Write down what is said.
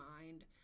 mind